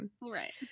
Right